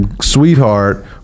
sweetheart